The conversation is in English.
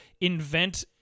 invent